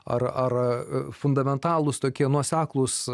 ar ar fundamentalūs tokie nuoseklūs